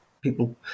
people